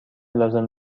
لازم